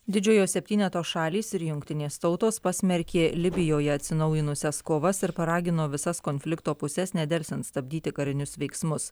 didžiojo septyneto šalys ir jungtinės tautos pasmerkė libijoje atsinaujinusias kovas ir paragino visas konflikto puses nedelsiant stabdyti karinius veiksmus